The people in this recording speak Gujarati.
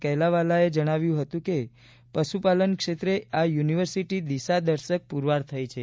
કેલાવાલાએ જણાવ્યું હતું કે પશુપાલન ક્ષેત્રે આ યુનિવર્સિટી દિશા દર્શક પૂરવાર થઈ છે